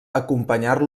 acompanyar